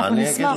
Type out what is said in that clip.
אנחנו נשמח.